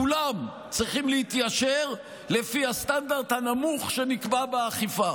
כולם צריכים להתיישר לפי הסטנדרט הנמוך שנקבע באכיפה,